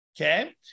okay